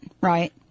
right